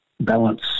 balance